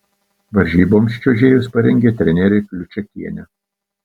varžyboms čiuožėjus parengė trenerė kliučakienė